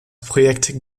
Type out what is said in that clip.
projekt